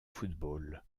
football